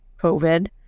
COVID